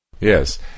Yes